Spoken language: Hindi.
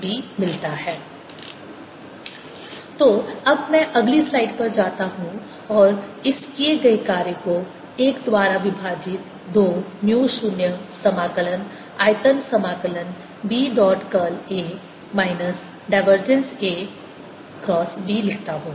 ABBA AB ABBA AB W120dr BA AB तो अब मैं अगली स्लाइड पर जाता हूं और इस किये गए कार्य को 1 द्वारा विभाजित 2 म्यू 0 समाकलन आयतन समाकलन B dot curl A minus divergence A B लिखता हूँ